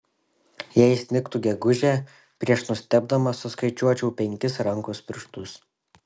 jei snigtų gegužę prieš nustebdamas suskaičiuočiau penkis rankos pirštus